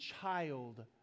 child